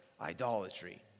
idolatry